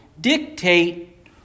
dictate